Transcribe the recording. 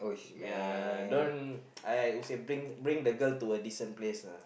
ya don't I would say bring bring the girl to a decent place uh